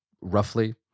roughly